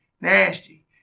nasty